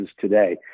today